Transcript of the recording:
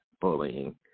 bullying